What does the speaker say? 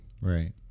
Right